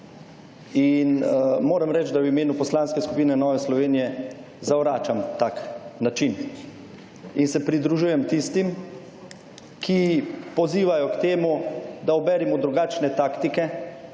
In moram reči, da v imenu Poslanske skupine Nove Slovenije zavračam tak način. In se pridružujem tistim, ki pozivajo k temu, da uberemo drugačne taktike.